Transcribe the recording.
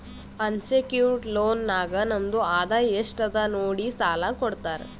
unsecured loan ನಾಗ್ ನಮ್ದು ಆದಾಯ ಎಸ್ಟ್ ಅದ ಅದು ನೋಡಿ ಸಾಲಾ ಕೊಡ್ತಾರ್